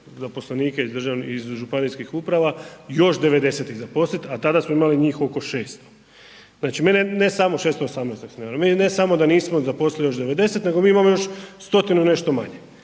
zaposlenike iz županijskih uprava još 90 ih zaposliti, a tada smo imali njih oko 600, znači mene ne samo 618 ak se ne varam, mene ne samo da nismo zaposlili još 90 nego mi imamo još 100-tinu i nešto manje.